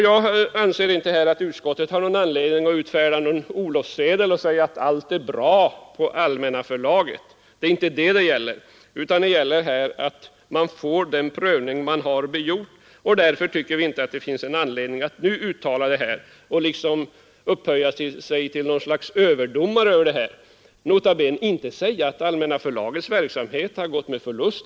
Jag anser inte att utskottet har skäl att utfärda någon orlovssedel och säga att allt är bra på Allmänna förlaget. Men det är inte det det gäller, utan det gäller att man får den prövning man har begärt. Vi vill inte upphöja oss till något slags överdomare och nu uttala att Allmänna förlagets verksamhet har varit dålig och gått med förlust.